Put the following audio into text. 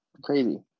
crazy